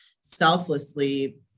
selflessly